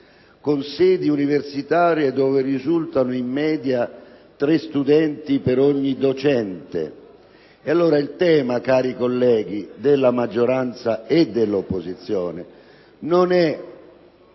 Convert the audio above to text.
le sedi universitarie, nelle quali risultano in media tre studenti per ogni docente. Allora il tema, cari colleghi della maggioranza e dell’opposizione, non e